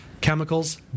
chemicals